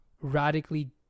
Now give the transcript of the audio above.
radically